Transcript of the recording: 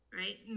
right